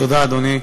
תודה, אדוני.